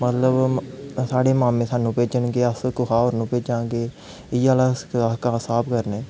मतलब साढ़े मामे सानूं भेजन गे अस कुसे होर गी भेजगे इ'यै नेहा स्हाब करने